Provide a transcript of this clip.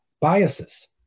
biases